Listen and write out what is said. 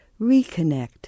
reconnect